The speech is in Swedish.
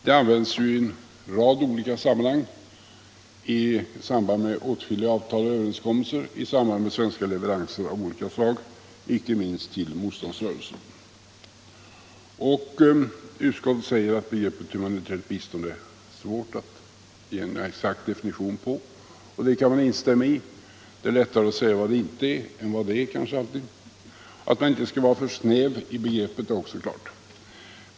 Det används ju i en rad olika sammanhang, i samband med åtskilliga avtal — Utrikesfrågor m.m. och överenskommelser och i samband med svenska leveranser av olika slag, icke minst till motståndsrörelser. Utskottet säger att det är svårt att ge någon exakt definition på begreppet humanitärt bistånd, och det kan man instämma i. Det är kanske ibland lättare att säga vad det inte är än vad det är. Att man inte skall vara alltför snäv när man definierar begreppet är också klart.